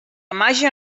màgia